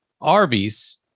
Arby's